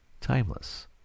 timeless